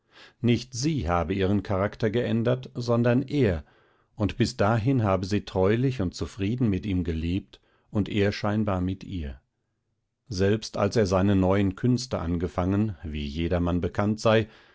nicht sie habe ihren charakter geändert sondern er und bis dahin habe sie treulich und zufrieden mit ihm gelebt und er scheinbar mit ihr selbst als er seine neuen künste angefangen wie jedermann bekannt sei